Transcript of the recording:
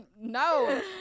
no